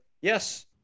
yes